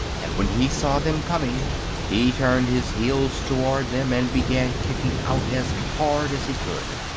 and when he saw them coming he turned his heels toward them and began kicking out as hard as he could.